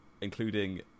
including